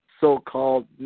so-called